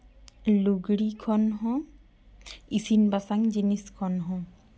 ᱞᱩᱜᱽᱲᱤ ᱠᱷᱚᱱ ᱦᱚᱸ ᱤᱥᱤᱱ ᱵᱟᱥᱟᱝ ᱡᱤᱱᱤᱥ ᱠᱷᱚᱱ ᱦᱚᱸ